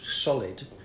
solid